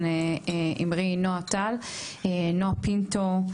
נעה פינטו,